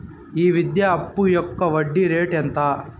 ఈ విద్యా అప్పు యొక్క వడ్డీ రేటు ఎంత?